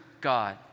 God